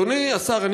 אדוני השר,